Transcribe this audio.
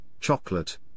chocolate